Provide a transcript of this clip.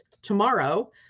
tomorrow